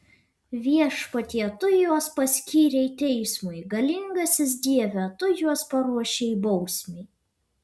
viešpatie tu juos paskyrei teismui galingasis dieve tu juos paruošei bausmei